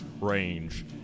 range